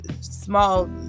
small